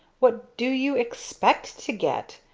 what do you expect to get?